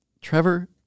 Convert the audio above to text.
Trevor